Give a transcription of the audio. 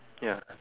ya